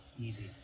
Easy